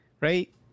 right